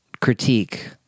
critique